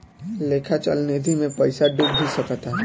लेखा चल निधी मे पइसा डूब भी सकता